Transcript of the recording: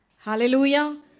Hallelujah